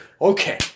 Okay